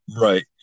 Right